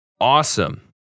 awesome